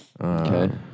Okay